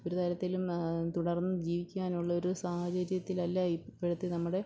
ഒരുതരത്തിലും തുടർന്നു ജീവിക്കാനുള്ളൊരു സാഹചര്യത്തിലല്ല ഇപ്പോഴത്തെ നമ്മുടെ